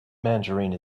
margarine